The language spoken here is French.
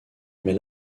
mais